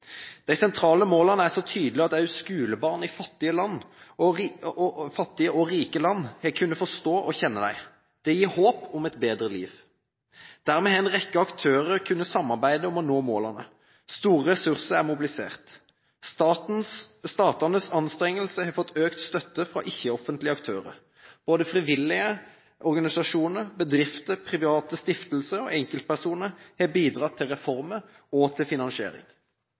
De sentrale målene er så tydelige at også skolebarn i fattige og rike land har kunnet forstå og kjenne dem. De gir håp om et bedre liv. Dermed har en rekke aktører kunnet samarbeide om å nå målene. Store ressurser er mobilisert. Statenes anstrengelser har fått økt støtte fra ikke-offentlige aktører. Både frivillige organisasjoner, bedrifter, private stiftelser og enkeltpersoner har bidratt til reformer og finansiering.